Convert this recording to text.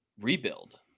rebuild